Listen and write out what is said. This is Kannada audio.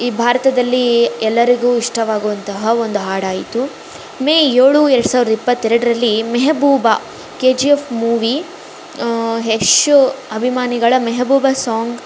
ಈ ಭಾರತದಲ್ಲಿ ಎಲ್ಲರಿಗೂ ಇಷ್ಟವಾಗುವಂತಹ ಒಂದು ಹಾಡಾಯಿತು ಮೇ ಏಳು ಎರಡು ಸಾವಿರದ ಇಪ್ಪತ್ತೆರಡರಲ್ಲಿ Mehbooba K G F movie Yash ಅಭಿಮಾನಿಗಳ ಮೆಹಬೂಬ ಸಾಂಗ್